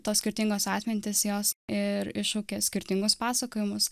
tos skirtingos atmintys jos ir iššaukia skirtingus pasakojimus